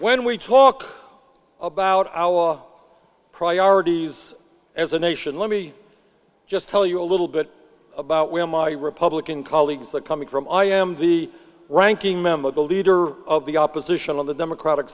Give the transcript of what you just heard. when we talk about our priorities as a nation let me just tell you a little bit about where my republican colleagues are coming from i am the ranking member the leader of the opposition on the democratic